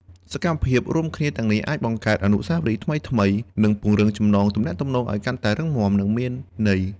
សកម្មភាពរួមគ្នាទាំងនេះអាចបង្កើតអនុស្សាវរីយ៍ថ្មីៗ និងពង្រឹងចំណងទំនាក់ទំនងឱ្យកាន់តែរឹងមាំ និងមានន័យ។